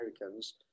Americans